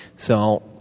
so